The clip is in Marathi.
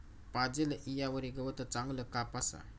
पाजेल ईयावरी गवत चांगलं कापास